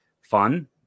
fun